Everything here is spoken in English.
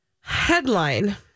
Headline